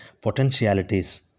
potentialities